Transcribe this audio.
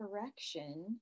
correction